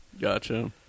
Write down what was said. Gotcha